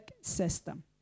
system